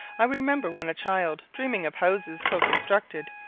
i remember when a child dreaming of houses so constructed,